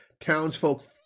townsfolk